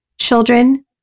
Children